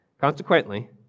Consequently